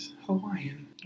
Hawaiian